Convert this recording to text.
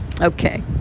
Okay